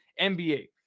NBA